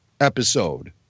episode